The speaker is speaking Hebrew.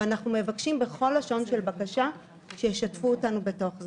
אנחנו מבקשים בכל לשון של בקשה שישתפו אותנו בתוך זה.